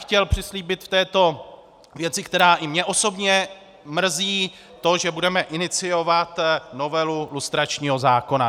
Chtěl bych přislíbit v této věci, která i mě osobně mrzí, to, že budeme iniciovat novelu lustračního zákona.